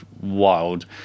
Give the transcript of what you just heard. wild